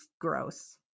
gross